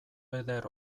eder